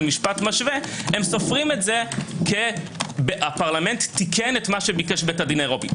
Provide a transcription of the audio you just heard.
משפט משווה הם סופרים את זה כפרלמנט תיקן את מה שביקש בית הדין האירופי.